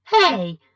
Hey